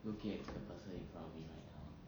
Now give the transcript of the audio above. looking at the person in front of me right now